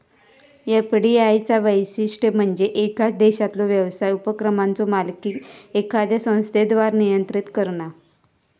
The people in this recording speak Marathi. एफ.डी.आय चा वैशिष्ट्य म्हणजे येका देशातलो व्यवसाय उपक्रमाचो मालकी एखाद्या संस्थेद्वारा नियंत्रित करणा